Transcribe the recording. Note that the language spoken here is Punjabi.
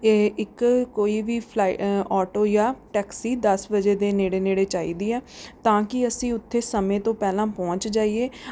ਇਹ ਇੱਕ ਕੋਈ ਵੀ ਫਲਾਇ ਆਟੋ ਜਾਂ ਟੈਕਸੀ ਦਸ ਵਜੇ ਦੇ ਨੇੜੇ ਨੇੜੇ ਚਾਹੀਦੀ ਹੈ ਤਾਂ ਕਿ ਅਸੀਂ ਉੱਥੇ ਸਮੇਂ ਤੋਂ ਪਹਿਲਾਂ ਪਹੁੰਚ ਜਾਈਏ